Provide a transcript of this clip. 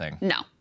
No